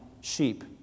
sheep